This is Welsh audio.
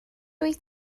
wyt